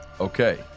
Okay